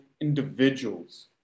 individuals